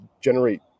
generate